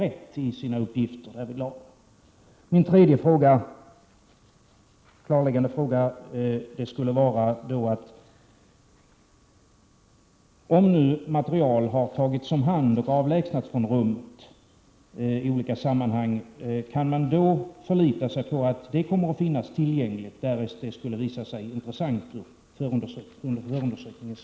Gruppen har till uppgift att främst för t på Ol EE SR forskningsändamål och tillsammans med arkivarisk expertis gå i igenom och Min tredje klarläggande fråga skulle vara: Om material har tagits om hand Prot. 1987/88:93 och avlägsnats från rummet i olika sammanhang, kan man då förlita sig på att 5 april 1988 det materialet kommer att finnas tillgängligt, därest det skulle visa sig Öm lörtigarfordefmias